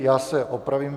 Já se opravím.